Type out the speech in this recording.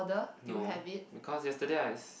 no because yesterday I